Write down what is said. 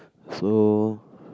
so